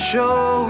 Show